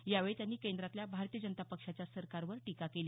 यावेळी त्यांनी केंद्रातल्या भारतीय जनता पक्षाच्या सरकारवर टिका केली